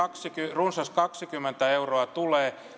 runsaat kaksikymmentä euroa tulevat